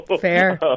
Fair